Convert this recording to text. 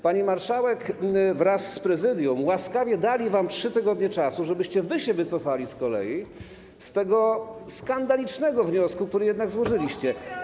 Pani marszałek i Prezydium łaskawie dali wam 3 tygodnie czasu, żebyście się wycofali z tego skandalicznego wniosku, który jednak złożyliście.